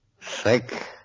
Sick